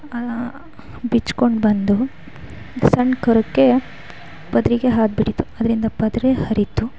ಬಿಚ್ಕೊಂಡು ಬಂದು ಸಣ್ಣ ಕರುಗೆ ಪರ್ದೆಗೆ ಹಾದು ಬಿಟ್ಟಿತ್ತು ಅದರಿಂದ ಪರ್ದೆ ಹರಿತು